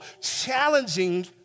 challenging